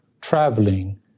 traveling